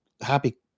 happy